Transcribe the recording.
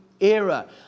era